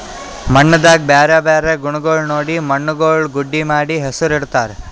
ಮಣ್ಣದಾಗ್ ಬ್ಯಾರೆ ಬ್ಯಾರೆ ಗುಣಗೊಳ್ ನೋಡಿ ಮಣ್ಣುಗೊಳ್ ಗುಡ್ಡಿ ಮಾಡಿ ಹೆಸುರ್ ಇಡತ್ತಾರ್